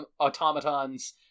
automatons